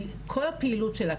כי כל הפעילות שלה,